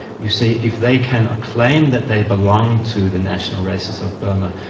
you see, if they can claim that they belong to the national races of burma,